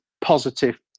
positive